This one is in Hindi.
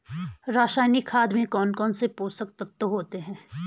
रासायनिक खाद में कौन कौन से पोषक तत्व होते हैं?